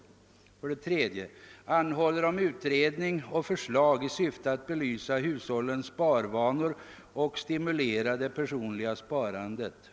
För det tredje anhåller vi om utredning och förslag i syfte att belysa hushållens sparvanor och stimulera det personliga sparandet.